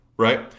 Right